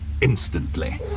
instantly